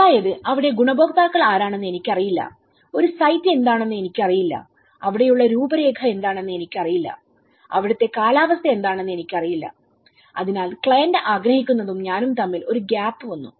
അതായത് അവിടെ ഗുണഭോക്താക്കൾ ആരാണെന്ന് എനിക്കറിയില്ല ഒരു സൈറ്റ് എന്താണെന്ന് എനിക്കറിയില്ല അവിടെയുള്ള രൂപരേഖ എന്താണെന്ന് എനിക്കറിയില്ല അവിടുത്തെ കാലാവസ്ഥ എന്താണെന്ന് എനിക്കറിയില്ല അതിനാൽ ക്ലയന്റ് ആഗ്രഹിക്കുന്നതും ഞാനും തമ്മിൽ ഒരു ഗാപ് വന്നു